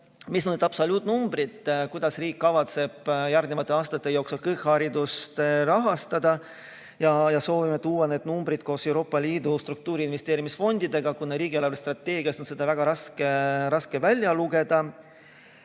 on absoluutnumbrid, kuidas riik kavatseb järgnevate aastate jooksul kõrgharidust rahastada. Soovime tuua need numbrid koos Euroopa Liidu struktuuri- ja investeerimisfondidega, kuna riigi eelarvestrateegiast on seda väga raske välja lugeda.